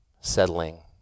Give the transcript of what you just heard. settling